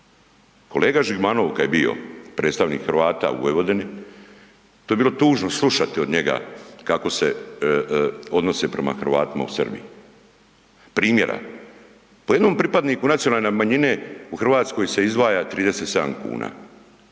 Kolega Žigmanov kada je bio predstavnik Hrvata u Vojvodini to je bilo tužno slušati od njega kako se odnose prema Hrvatima u Srbiji. Primjera, po jednom pripadniku nacionalne manjine u Hrvatskoj se izdvaja 37 kuna,